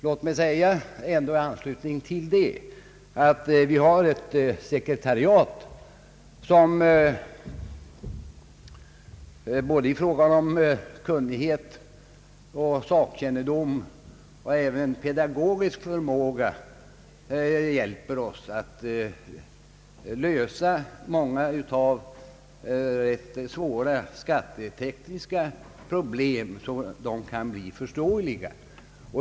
Låt mig ändå i anslutning till detta säga att vi har ett sekretariat, som med kunnighet, sakkännedom och även pedagogisk förmåga hjälper oss att behandla många rätt svåra skattetekniska problem så att de kan bli förståeliga.